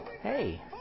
Hey